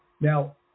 Now